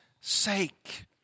sake